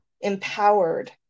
empowered